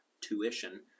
tuition